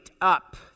up